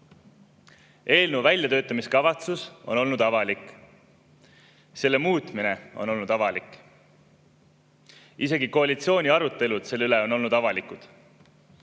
eelnõu väljatöötamiskavatsus on olnud avalik, selle muutmine on olnud avalik, isegi koalitsiooni arutelud selle üle on olnud avalikud.